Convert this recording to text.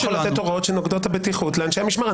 אני לא יכול לתת הוראות שנוגדות את הבטיחות לאנשי המשמר.